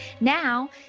Now